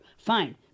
Fine